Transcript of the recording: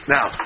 Now